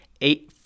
Eight